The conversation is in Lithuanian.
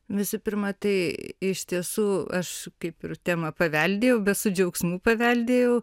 visų pirmą tai iš tiesų aš kaip ir temą paveldėjau bet su džiaugsmu paveldėjau